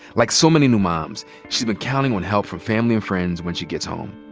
like so many new moms, she's been counting on help from family and friends when she gets home.